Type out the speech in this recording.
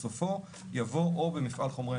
בסופו יבוא 'או במפעל חומרי